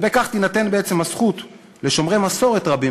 וכך תינתן בעצם הזכות לשומרי מסורת רבים